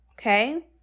okay